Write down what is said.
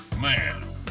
man